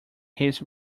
his